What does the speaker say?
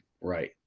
right